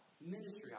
ministry